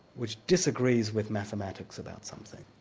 which disagrees with mathematics about something.